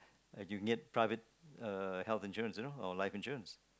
uh you get private uh health insurance you know or life insurance